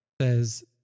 says